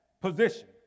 position